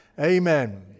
Amen